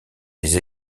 les